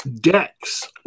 decks